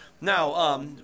Now